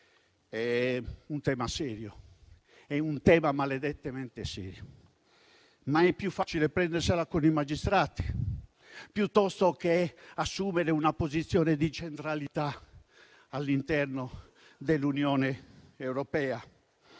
È un tema serio. È un tema maledettamente serio. Ma è più facile prendersela con i magistrati che assumere una posizione di centralità all'interno dell'Unione europea